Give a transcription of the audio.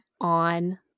on